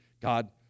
God